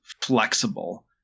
flexible